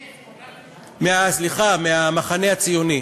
מי, סליחה, מהמחנה הציוני: